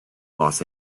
los